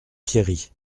pierry